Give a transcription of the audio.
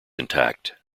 intact